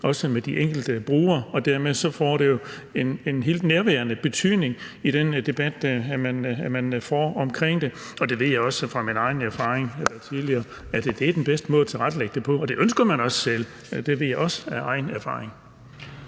med de enkelte brugere, og dermed får det jo en helt nærværende betydning i den debat, man får omkring det. Jeg ved også ud fra tidligere erfaring, at det er den bedste måde at tilrettelægge det på, og at man selv ønsker det, ved jeg også af egen erfaring.